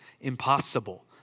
impossible